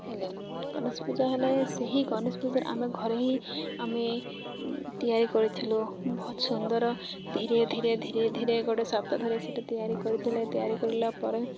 ହେଲେ ଗଣେଶ ପୂଜା ହେଲେ ସେହି ଗଣେଶ ପୂଜାରେ ଆମେ ଘରେ ହିଁ ଆମେ ତିଆରି କରିଥିଲୁ ବହୁତ ସୁନ୍ଦର ଧୀରେ ଧୀରେ ଧୀରେ ଧୀରେ ଗୋଟେ ସପ୍ତାହରେ ସେଟା ତିଆରି କରିଥିଲେ ତିଆରି କରିଲା ପରେ